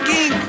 King